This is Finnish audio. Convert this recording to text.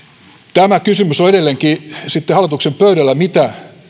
tämä kysymys on edelleenkin hallituksen pöydällä mitä